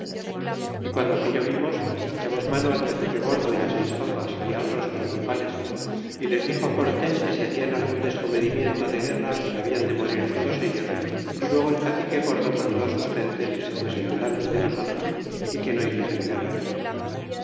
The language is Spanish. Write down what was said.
y guando aquello vimos echamos mano al cacique gordo y seis papas y otros principales y les dixo cortés que si ha dan algun descomedimiento de guerra que habían de morir todos ellos y luego el cacique gordo mandó sus gentes que se fuesen delante de nosotros y que no hiciesen guerra